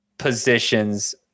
positions